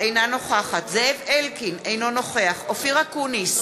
אינה נוכחת זאב אלקין, אינו נוכח אופיר אקוניס,